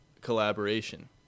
collaboration